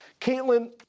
Caitlin